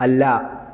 അല്ല